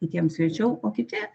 kitiems lėčiau o kiti